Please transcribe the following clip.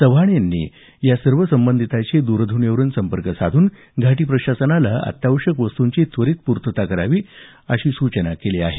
चव्हाण यांनी सर्व संबंधितांशी द्रध्वनीवरून संपर्क साधून घाटी प्रशासनाला अत्यावश्यक वस्तूंची त्वरीत पूर्तता करावी अशी सूचना केलेली आहे